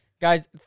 Guys